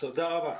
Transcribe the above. תודה רבה.